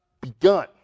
begun